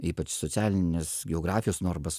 ypač socialinės geografijos normos